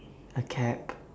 a cap